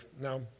now